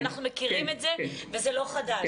אנחנו מכירים את זה וזה לא חדש.